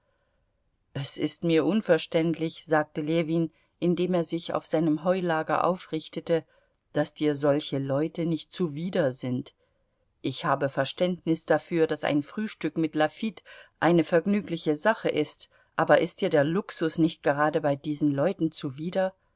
es ist mir unverständlich sagte ljewin indem er sich auf seinem heulager aufrichtete daß dir solche leute nicht zuwider sind ich habe verständnis dafür daß ein frühstück mit lafitte eine vergnügliche sache ist aber ist dir der luxus nicht gerade bei diesen leuten zuwider